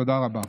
תודה רבה.